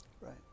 Right